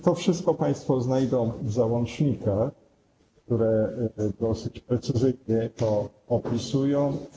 To wszystko państwo znajdą w załącznikach, które dosyć precyzyjnie to opisują.